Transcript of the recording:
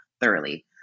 thoroughly